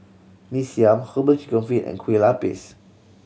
Mee Siam Herbal Chicken Feet and Kueh Lupis